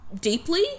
deeply